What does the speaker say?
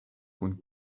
kun